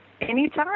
anytime